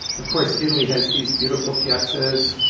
of course italy has these beautiful piazzas,